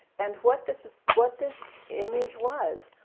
and what this what this image was,